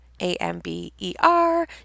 A-M-B-E-R